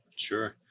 Sure